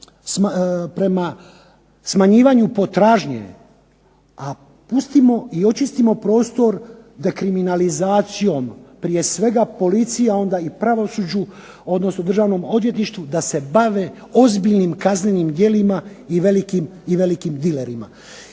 prema smanjivanju potražnje, a pustimo i očistimo prostor dekriminalizacijom prije svega policiji a onda i pravosuđu odnosno državnom odvjetništvu da se bave ozbiljnim kaznenim djelima i velikim dilerima.